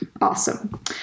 Awesome